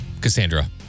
Cassandra